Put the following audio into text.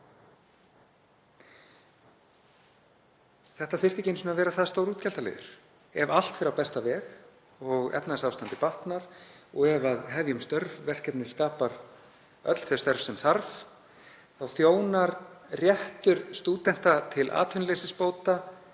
Þetta þyrfti ekki einu sinni að vera það stór útgjaldaliður. Ef allt fer á besta veg og efnahagsástandið batnar og ef Hefjum störf-verkefnið skapar öll þau störf sem þarf þá þjónar réttur stúdenta til atvinnuleysisbóta